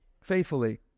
faithfully